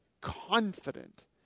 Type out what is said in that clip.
confident